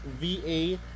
VA